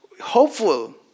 hopeful